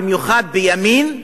במיוחד בימין,